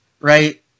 right